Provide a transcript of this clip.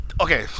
Okay